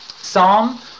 Psalm